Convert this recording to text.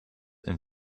and